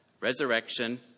resurrection